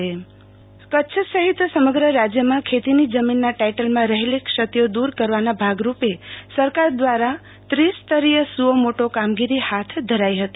આરતી ભદ્વ ખેતી જમીન ટાઈટલ ક્ષતીઓ કરછ સહિત સમગ્ર રાજ્યમાં ખેતીની જમીનનાં ટાઈટલમાં રહેલી ક્ષતીઓ દુર કરવાના ભાગરૂપે સરકાર દ્વારા ત્રિ સ્તરીય સુઓમોટો કામગીરી હાથ ધરાઈ હતી